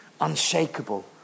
unshakable